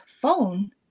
phone